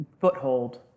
foothold